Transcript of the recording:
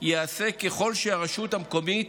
תיעשה ככל שהרשות המקומית